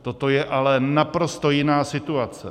Toto je ale naprosto jiná situace.